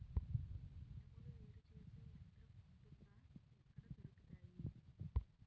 మినుములు వేరు చేసే యంత్రం వుంటుందా? ఎక్కడ దొరుకుతాయి?